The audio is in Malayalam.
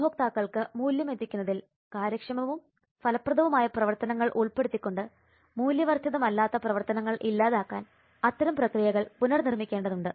ഉപഭോക്താക്കൾക്ക് മൂല്യം എത്തിക്കുന്നതിൽ കാര്യക്ഷമവും ഫലപ്രദവുമായ പ്രവർത്തനങ്ങൾ ഉൾപ്പെടുത്തിക്കൊണ്ട് മൂല്യവർധിതമല്ലാത്ത പ്രവർത്തനങ്ങൾ ഇല്ലാതാക്കാൻ അത്തരം പ്രക്രിയകൾ പുനർനിർമ്മിക്കേണ്ടതുണ്ട്